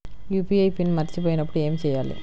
UPI PIN మరచిపోయినప్పుడు ఏమి చేయాలి?